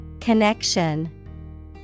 Connection